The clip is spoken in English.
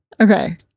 Okay